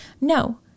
No